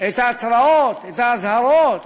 את ההתרעות, את האזהרות